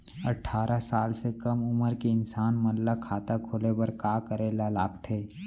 अट्ठारह साल से कम उमर के इंसान मन ला खाता खोले बर का करे ला लगथे?